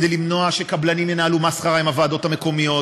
כדי למנוע שקבלנים ינהלו מסחרה עם הוועדות המקומיות,